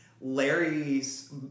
Larry's